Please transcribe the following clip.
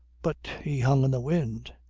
but he hung in the wind.